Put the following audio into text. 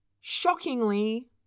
shockingly